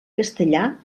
castellà